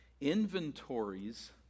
Inventories